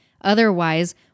Otherwise